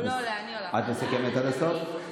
את מסכמת עד הסוף?